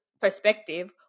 perspective